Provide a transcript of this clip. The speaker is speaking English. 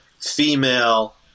female